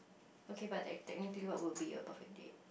okay but like technically what would be your perfect date